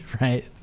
right